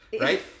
right